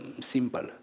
simple